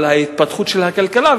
על התפתחות הכלכלה.